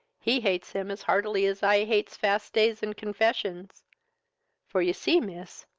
he hates him as heartily as i hates fast-days and confessions for you see, miss,